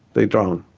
they drown.